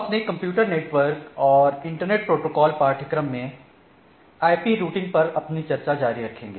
हम अपने computer network और इंटरनेट प्रोटोकॉल पाठ्यक्रम में आईपी राउटिंग पर अपनी चर्चा जारी रखेंगे